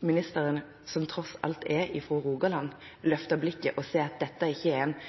ministeren – som tross alt er fra Rogaland – løfte blikket og se at dette ikke bare er